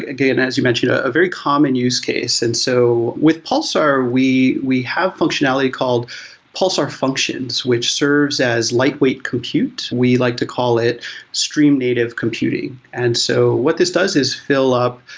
and as you mentioned, a very common use case. and so with pulsar, we we have functionality called pulsar functions, which serves as lightweight compute. we like to call it stream native computing. and so what this does is fill up,